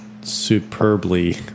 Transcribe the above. superbly